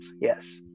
yes